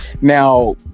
Now